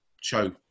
show